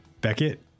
Beckett